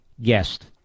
guest